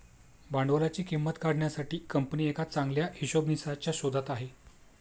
भांडवलाची किंमत काढण्यासाठी कंपनी एका चांगल्या हिशोबनीसच्या शोधात आहे